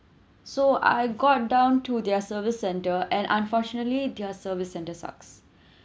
so I had gone down to their service centre and unfortunately their service centre sucks